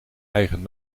eigen